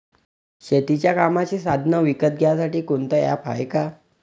शेतीच्या कामाचे साधनं विकत घ्यासाठी कोनतं ॲप हाये का?